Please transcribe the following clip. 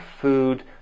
food